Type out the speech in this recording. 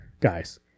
guys